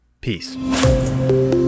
Peace